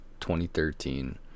2013